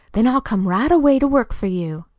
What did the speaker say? then i'll come right away to work for you.